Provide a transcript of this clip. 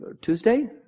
Tuesday